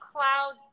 Cloud